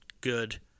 good